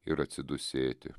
ir atsidūsėti